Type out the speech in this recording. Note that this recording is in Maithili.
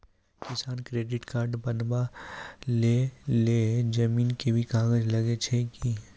किसान क्रेडिट कार्ड बनबा के लेल जमीन के भी कागज लागै छै कि?